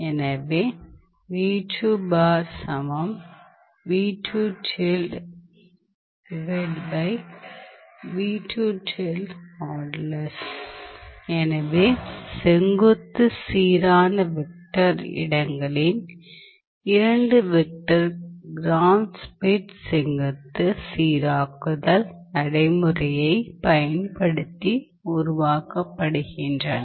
எனவே எனவே செங்குத்து சீரான வெக்டர் இடங்களின் இரண்டு வெக்டர்கள் கிராம் ஷ்மிட் செங்குத்து சீராக்குதல் நடைமுறையைப் பயன்படுத்தி உருவாக்கப்படுகின்றன